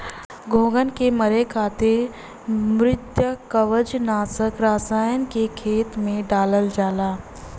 घोंघन के मारे खातिर मृदुकवच नाशक रसायन के खेत में डालल जाला